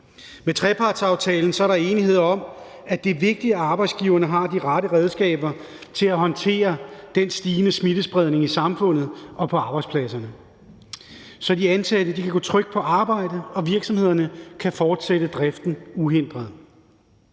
Med trepartsaftalen er der enighed om, at det er vigtigt, at arbejdsgiverne har de rette redskaber til at håndtere den stigende smittespredning i samfundet og på arbejdspladserne, så de ansatte kan gå trygt på arbejde og virksomhederne kan fortsætte driften uhindret.